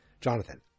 Jonathan